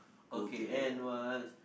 okay and words